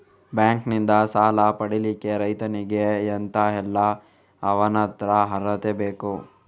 Bank ನಿಂದ ಸಾಲ ಪಡಿಲಿಕ್ಕೆ ರೈತನಿಗೆ ಎಂತ ಎಲ್ಲಾ ಅವನತ್ರ ಅರ್ಹತೆ ಬೇಕು?